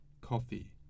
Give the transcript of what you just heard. coffee